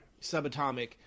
subatomic